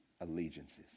allegiances